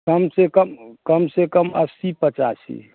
कम से कम कम से कम अस्सी पचासी